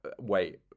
wait